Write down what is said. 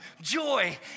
joy